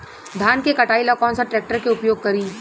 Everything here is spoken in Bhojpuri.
धान के कटाई ला कौन सा ट्रैक्टर के उपयोग करी?